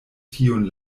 tiun